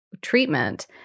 treatment